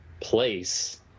place